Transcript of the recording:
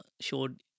showed